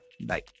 Bye